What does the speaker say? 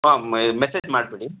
ಹಾಂ ಮೆ ಮೆಸೇಜ್ ಮಾಡಿಬಿಡಿ